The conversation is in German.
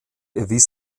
erwies